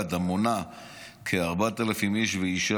אשר מונה כ-4,000 איש ואישה,